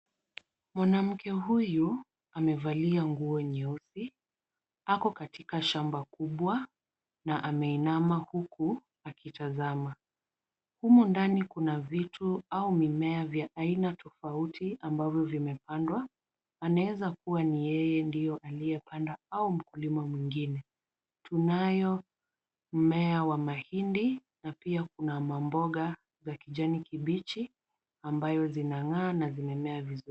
Mwanamke huyu amevalia nguo nyeusi, ako katika shamba kubwa na ameinama huku akitazama. Humo ndani kuna vitu au mimea vya aina tofauti ambavyo vimepandwa. Anaweza kuwa ni yeye aliyepanda au mkulima mwingine. Tunayo mmea wa mahindi na pia kuna mamboga za kijani kibichi ambayo zinang'aa na zimemea vizuri.